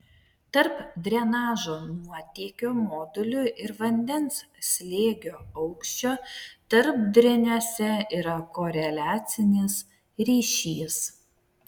tarp drenažo nuotėkio modulių ir vandens slėgio aukščio tarpdreniuose yra koreliacinis ryšys